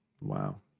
Wow